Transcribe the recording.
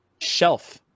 shelf